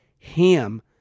HAM